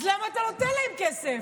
אז למה אתה נותן להן כסף?